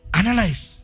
analyze